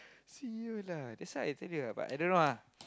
see you lah that's why I tell you lah but I don't know lah